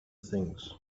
things